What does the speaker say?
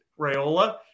Rayola